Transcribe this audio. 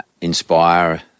inspire